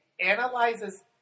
analyzes